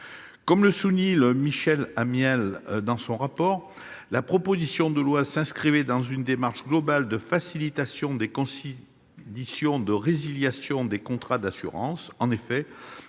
Comme le souligne Michel Amiel dans son rapport, cette proposition de loi s'inscrivait dans une démarche globale de facilitation des conditions de résiliation des contrats d'assurance.